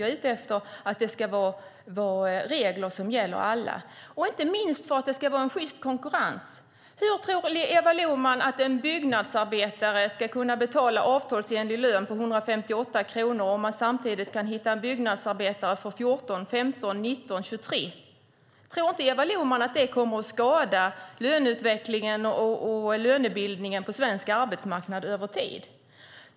Jag är ute efter att vi ska ha regler som gäller alla, inte minst för att det ska vara en sjyst konkurrens. Hur tror Eva Lohman att en byggnadsarbetare ska kunna få en avtalsenlig lön på 158 kronor om man samtidigt kan hitta en byggnadsarbetare för 14, 15, 19 eller 23? Tror inte Eva Lohman att det kommer att skada löneutvecklingen och lönebildningen på den svenska arbetsmarknaden över tid?